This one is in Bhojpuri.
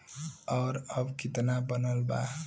और अब कितना बनल बा?